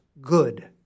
good